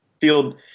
field –